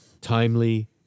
Timely